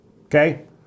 Okay